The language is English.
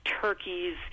turkeys